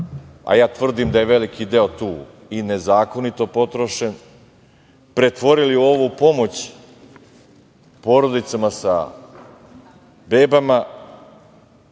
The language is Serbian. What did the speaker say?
a ja tvrdim da je veliki deo tu i nezakonito potrošen, pretvorili u ovu pomoć porodicama sa bebama,